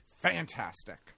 Fantastic